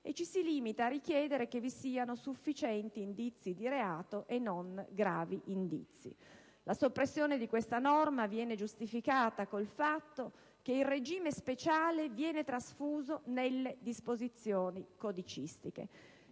e ci si limita a richiedere che vi siano sufficienti indizi di reato, e non gravi indizi. La soppressione di questa norma viene giustificata con il fatto che il regime speciale viene trasfuso nelle disposizioni codicistiche.